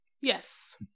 yes